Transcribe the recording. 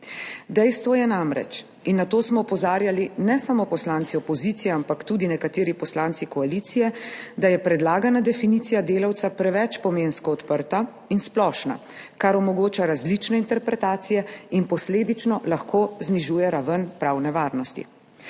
Dejstvo je namreč, in na to smo opozarjali ne samo poslanci opozicije, ampak tudi nekateri poslanci koalicije, da je predlagana definicija delavca preveč pomensko odprta in splošna, kar omogoča različne interpretacije in posledično lahko znižuje raven pravne varnosti.